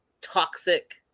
toxic